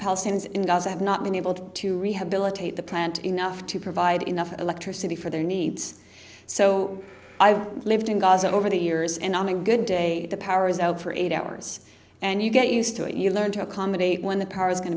palestinians in gaza have not been able to rehabilitate the plant enough to provide enough electricity for their needs so i've lived in gaza over the years and on a good day the power is out for eight hours and you get used to it you learn to accommodate when the car is going